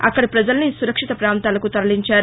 అక్కడి ప్రపజల్ని సురక్షిత పాంతాలకు తరలించారు